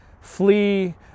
flee